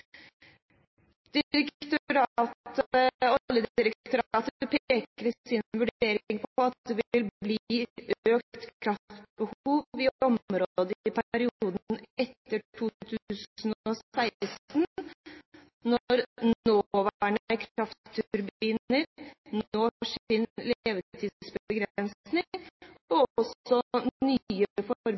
peker i sin vurdering på at det vil bli økt kraftbehov i området i perioden etter 2016, når nåværende kraftturbiner når sin levetidsbegrensning og også